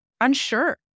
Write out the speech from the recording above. unsure